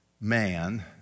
man